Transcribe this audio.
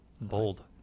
Bold